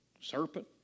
Serpent